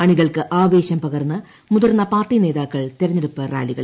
അണികൾക്ക് ആവേശം പകർന്ന് മുതിർന്ന പാർട്ടി നേതാക്കൾ തെരെഞ്ഞെടുപ്പ് റാലികളിൽ